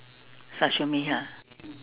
sashimi ha